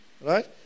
Right